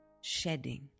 shedding